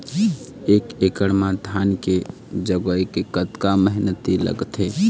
एक एकड़ म धान के जगोए के कतका मेहनती लगथे?